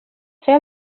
fer